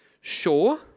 sure